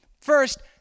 first